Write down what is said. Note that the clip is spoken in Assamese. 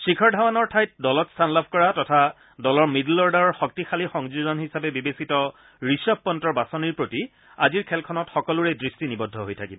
শিখৰ ধাৱনৰ ঠাইত দলত স্থান লাভ কৰা তথা দলৰ মিড়ল অৰ্ডাৰৰ শক্তিশালী সংযোজন হিচাপে বিবেচিত ঋষভ পণ্টৰ বাছনিৰ প্ৰতি আজিৰ খেলখনত সকলোৰে দৃষ্টি নিবদ্ধ হৈ থাকিব